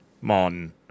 Mon